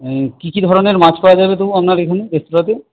কী কী ধরনের মাছ পাওয়া যাবে তবু আপনার এখানে রেস্তোরাঁতে